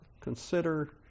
Consider